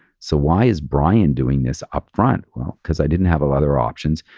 so why is brian doing this upfront? well, because i didn't have other options.